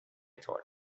thought